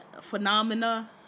phenomena